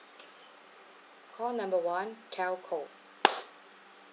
call number one telco